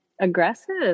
aggressive